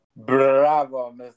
Bravo